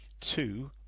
two